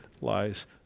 lies